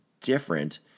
different